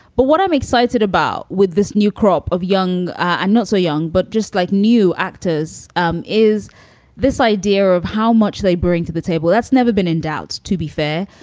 but what i'm excited about with this new crop of young, i'm not so young, but just like new actors um is this idea of how much they bring to the table. that's never been in doubt. to be fair,